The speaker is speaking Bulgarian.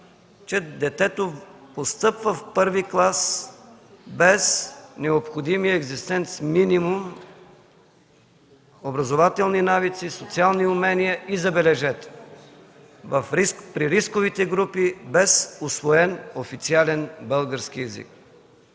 че детето постъпва в първи клас без необходимия минимум образователни навици, социални умения и, забележете, при рисковите групи – без усвоен официален български език.